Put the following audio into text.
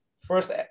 First